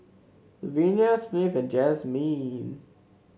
Luvenia Smith and Jazmyne